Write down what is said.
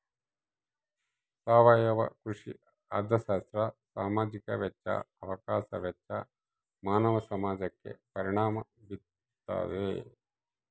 ಸಾವಯವ ಕೃಷಿ ಅರ್ಥಶಾಸ್ತ್ರ ಸಾಮಾಜಿಕ ವೆಚ್ಚ ಅವಕಾಶ ವೆಚ್ಚ ಮಾನವ ಸಮಾಜಕ್ಕೆ ಪರಿಣಾಮ ಬೀರ್ತಾದ